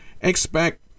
expect